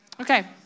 Okay